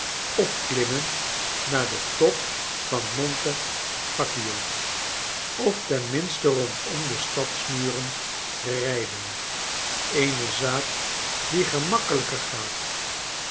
opklimmen naar den top van m o n t e f a c c i o of ten minsten xondom de stadsmuren rijden eene zaak die gemakkelijker gaat